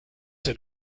had